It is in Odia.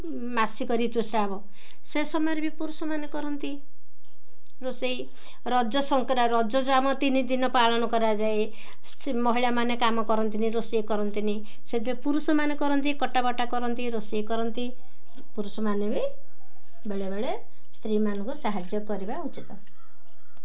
ମାସିକ ଋତୁସ୍ରାବ ସେ ସମୟରେ ବି ପୁରୁଷମାନେ କରନ୍ତି ରୋଷେଇ ରଜ ସଂକ୍ରାନ୍ତି ରଜ ଯେଉଁ ଆମ ତିନି ଦିନ ପାଳନ କରାଯାଏ ସେ ମହିଳାମାନେ କାମ କରନ୍ତିନି ରୋଷେଇ କରନ୍ତିନି ସେଥିରେ ପୁରୁଷମାନେ କରନ୍ତି କଟା ବାଟା କରନ୍ତି ରୋଷେଇ କରନ୍ତି ପୁରୁଷମାନେ ବି ବେଳେବେେଳେ ସ୍ତ୍ରୀମାନଙ୍କୁ ସାହାଯ୍ୟ କରିବା ଉଚିତ୍